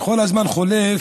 ככל שהזמן חולף,